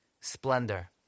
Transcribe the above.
splendor